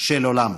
של עולם.